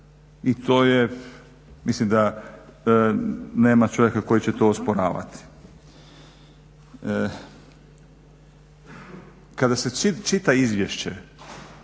i to je mislim da nema čovjeka koji će to osporavati. Kada se čita izvješće